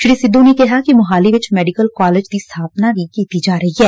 ਸ੍ਰੀ ਸਿੱਧੁ ਨੇ ਕਿਹਾ ਕਿ ਮੋਹਾਲੀ ਵਿੱਚ ਮੈਡੀਕਲ ਕਾਲਜ ਦੀ ਸਥਾਪਨਾ ਕੀਤੀ ਜੋਾ ਰਹੀ ਐ